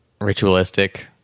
ritualistic